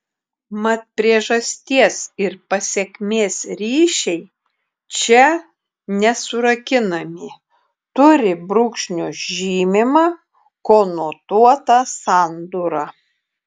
mat priežasties ir pasekmės ryšiai čia nesurakinami turi brūkšnio žymimą konotuotą sandūrą